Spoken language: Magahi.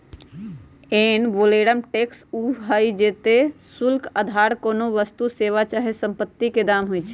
एड वैलोरम टैक्स उ हइ जेते शुल्क अधार कोनो वस्तु, सेवा चाहे सम्पति के दाम होइ छइ